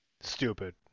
Stupid